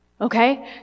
Okay